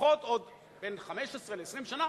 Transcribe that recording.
לפחות עוד בין 15 ל-20 שנה,